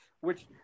which-